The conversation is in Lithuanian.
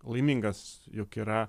laimingas jog yra